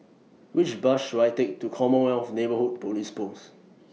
Which Bus should I Take to Commonwealth Neighbourhood Police Post